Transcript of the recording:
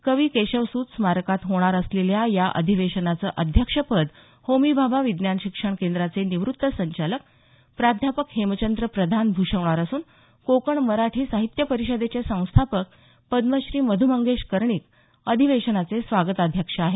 कवी केशवसुत स्मारकात होणार असलेल्या या अधिवेशनाचं अध्यक्षपद होमी भाभा विज्ञान शिक्षण केंद्राचे निवृत्त संचालक प्राध्यापक हेमचंद्र प्रधान भूषवणार असून कोकण मराठी साहित्य परिषदेचे संस्थापक पद्मश्री मधू मंगेश कर्णिक अधिवेशनाचे स्वागताध्यक्ष आहेत